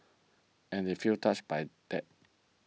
and they feel touched by that